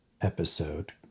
episode